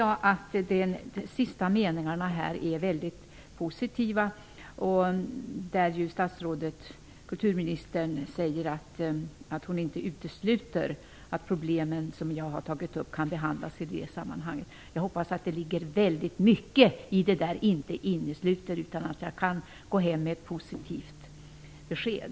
Jag tycker att de avslutande meningarna i svaret är mycket positiva -- kulturministern sade att hon inte utesluter att de problem som jag tagit upp kan behandlas i sammanhanget. Jag hoppas att det ligger mycket i ''inte utesluter'', så att jag kan komma hem med ett positivt besked.